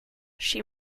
she